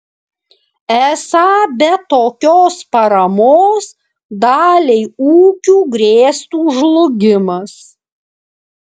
esą be tokios paramos daliai ūkių grėstų žlugimas